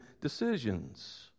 decisions